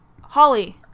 holly